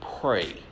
pray